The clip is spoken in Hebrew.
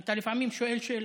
אתה לפעמים שואל שאלות.